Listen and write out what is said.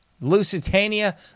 Lusitania